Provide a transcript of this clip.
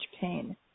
pain